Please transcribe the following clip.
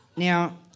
Now